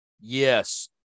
Yes